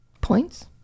points